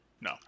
No